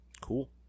Cool